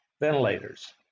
ventilators